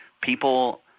People